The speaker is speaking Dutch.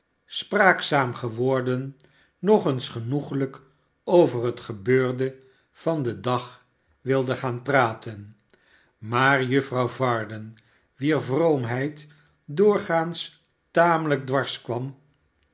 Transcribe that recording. spraakzaam geworden nog eens genoeglijk over het gebeurde van den dag wilde gaan praten maar juffrouw varden wier vroomheid doorgaans tamelijk dwars kwam